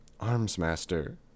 Armsmaster